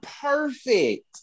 perfect